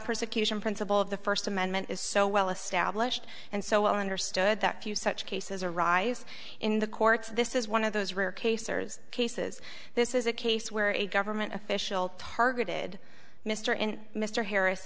persecution principle of the first amendment is so well established and so well understood that few such cases arise in the courts this is one of those rare cases cases this is a case where a government official targeted mr and mr harris